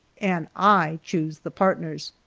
and i choose the partners!